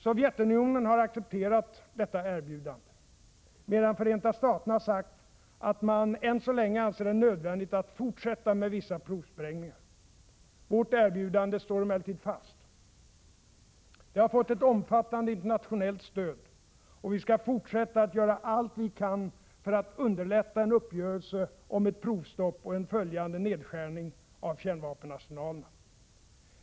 Sovjetunionen har accepterat detta erbjudande, medan Förenta Staterna sagt att man än så länge anser det nödvändigt att fortsätta med vissa provsprängningar. Vårt erbjudande står emellertid fast. Det har fått ett omfattande internationellt stöd, och vi skall fortsätta att göra allt vi kan för att underlätta en uppgörelse om ett provstopp och en följande nedskärning av kärnvapenarsenalerna.